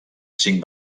cinc